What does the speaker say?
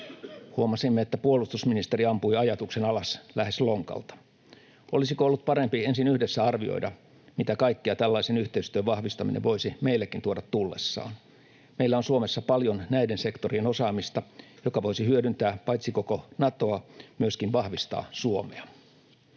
Huomasimme, että puolustusministeri ampui ajatuksen alas lähes lonkalta. Olisiko ollut parempi ensin yhdessä arvioida, mitä kaikkea tällaisen yhteistyön vahvistaminen voisi meillekin tuoda tullessaan? Meillä on Suomessa paljon näiden sektorien osaamista, joka voisi hyödyntää paitsi koko Natoa myös vahvistaa Suomea.